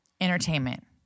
entertainment